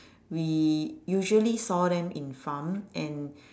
we usually saw them in farm and